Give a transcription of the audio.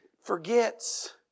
forgets